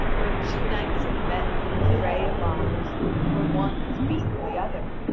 when two knights have met in an affray of arms and when one has beaten the other,